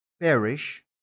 perish